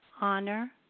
honor